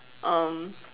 um